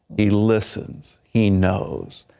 he listens, he knows,